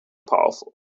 powerful